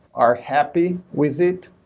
are happy with it,